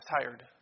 tired